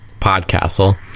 Podcastle